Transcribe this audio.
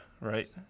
right